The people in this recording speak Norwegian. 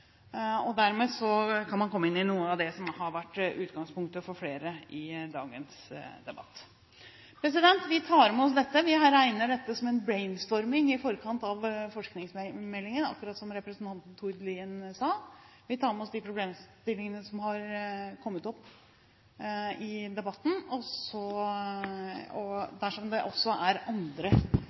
kan man komme inn i noe av det som har vært utgangspunktet for flere i dagens debatt. Vi tar med oss dette. Vi regner dette som en «brainstorming» i forkant av forskningsmeldingen, slik representanten Tord Lien sa. Vi tar med oss de problemstillingene som har kommet opp i debatten og dersom det også er andre